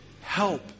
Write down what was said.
help